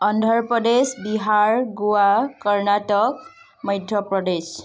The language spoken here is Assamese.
অন্ধ্ৰপ্ৰদেশ বিহাৰ গোৱা কৰ্ণাটক মধ্যপ্ৰদেশ